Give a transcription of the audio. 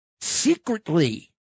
secretly